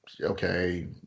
okay